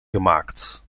gemaakt